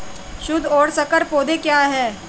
शुद्ध और संकर पौधे क्या हैं?